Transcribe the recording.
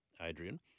Adrian